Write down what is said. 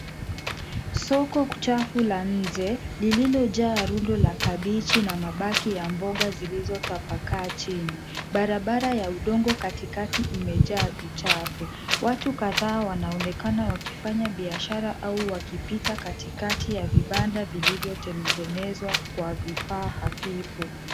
Soko kuchafu la nje lililojaa rundo la kabichi na mabaki ya mboga zilizotapakaa chini. Barabara ya udongo katikati imejaa uchafu. Watu kadhaa wanaonekana wakifanya biashara au wakipita katikati ya vibanda vilivyotengenezwa kwa vifaa hafifu.